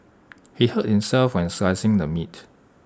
he hurt himself while slicing the meat